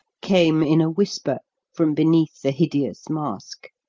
came in a whisper from beneath the hideous mask.